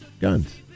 guns